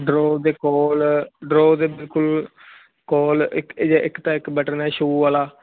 drawer ਦੇ ਕੋਲ drawer ਦੇ ਬਿਲਕੁਲ ਨਾਲ ਇੱਕ ਤਾਂ ਇੱਕ ਬਟਨ ਐ ਸ਼ੋ ਵਾਲਾ